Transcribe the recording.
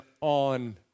on